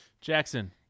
Jackson